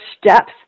steps